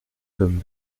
comme